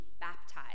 baptized